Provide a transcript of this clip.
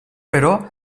però